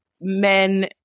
men